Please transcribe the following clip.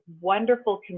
wonderful